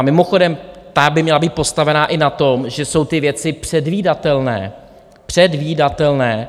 Mimochodem, ta by měla být postavená i na tom, že jsou ty věci předvídatelné, předvídatelné!